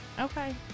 okay